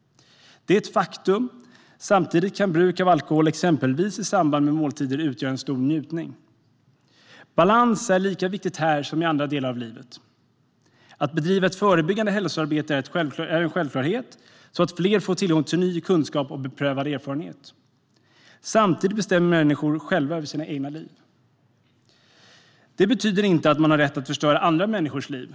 Det är ett faktum. Samtidigt kan bruk av alkohol, exempelvis i samband med måltider, utgöra en stor njutning. Balans är lika viktigt här som i andra delar av livet. Att bedriva ett förebyggande hälsoarbete är en självklarhet, så att fler får tillgång till ny kunskap och beprövad erfarenhet. Samtidigt bestämmer människor själva över sina egna liv. Det betyder inte att man har rätt att förstöra andra människors liv.